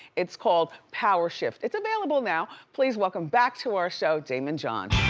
it's called power shift. it's available now. please welcome back to our show, daymond john.